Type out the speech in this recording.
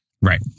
Right